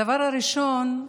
הדבר הראשון,